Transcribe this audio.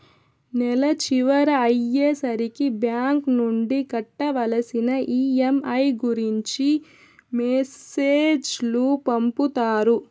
నెల చివర అయ్యే సరికి బ్యాంక్ నుండి కట్టవలసిన ఈ.ఎం.ఐ గురించి మెసేజ్ లు పంపుతారు